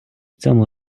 цьому